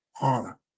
honor